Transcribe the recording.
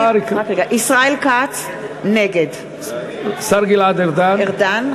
נגד השר גלעד ארדן?